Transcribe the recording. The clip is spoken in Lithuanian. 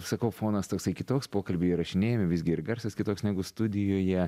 sakau fonas toksai kitoks pokalbiai įrašinėjami visgi ir garsas kitoks negu studijoje